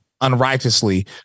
unrighteously